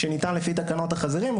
שניתן לפי תקנות החזירים,